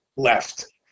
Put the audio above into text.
left